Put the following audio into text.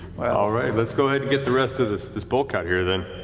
matt all right, let's go ahead and get the rest of this this bulk out here, then.